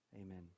Amen